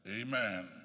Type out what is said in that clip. Amen